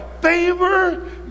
favor